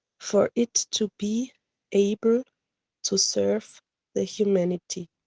for it to be able to serve the humanity.